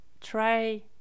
try